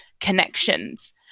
connections